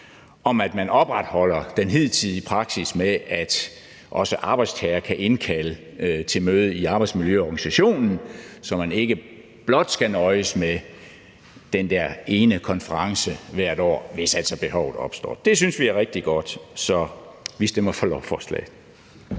om at man opretholder den hidtidige praksis med, at også arbejdstager kan indkalde til møde i arbejdsmiljøorganisationen, så man ikke blot skal nøjes med den der ene konference hvert år, hvis altså behovet opstår. Det synes vi er rigtig godt, så vi stemmer for lovforslaget.